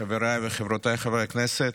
חבריי וחברותיי חברי הכנסת,